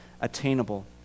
attainable